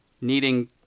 needing